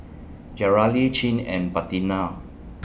Yareli Chin and Bettina